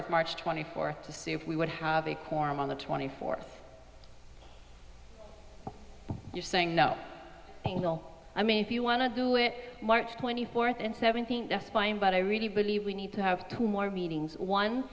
with march twenty fourth to see if we would have a quorum on the twenty fourth you're saying no i mean if you want to do it march twenty fourth and seventeen yes fine but i really believe we need to have two more meetings one